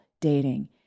dating